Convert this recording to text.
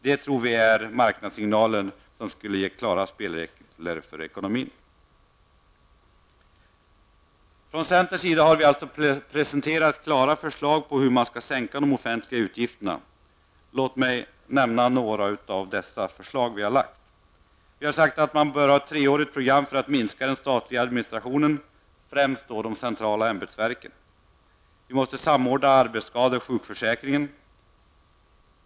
Det tror vi är marknadssignaler som skulle ge klara spelregler för ekonomin. Från centerns sida har vi alltså presenterat klara förslag på hur man kan sänka de offentliga utgifterna. Låt mig nämna några av dessa förslag. Vi har sagt att man bör ha ett treårigt program för att minska den statliga administrationen, främst när det gäller de centrala ämbetsverken. Vi måste samordna arbetsskade och sjukförsäkring.